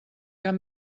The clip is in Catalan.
cap